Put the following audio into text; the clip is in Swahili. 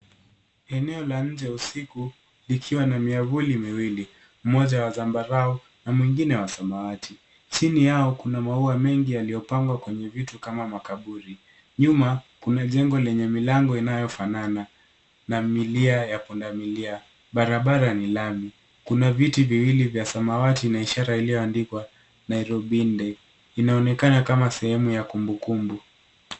Eneo la nje usiku, likiwa na myavuli miwili. Mmoja wa zambarau na mwingine wa samawati. Chini yao kuna maua mengi yaliyopangwa kwenye vitu kama makaburi. Nyuma, kuna jengo lenye milango inayofanana na milia ya pundamilia. Barabara ni lami. Kuna viti viwili vya samawati na ishara iliyoandikwa, Nairobi intel. Inaonekana kama sehemu ya kumbu kumbu.